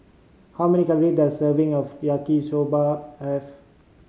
how many calory does a serving of Yaki Soba have